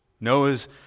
noahs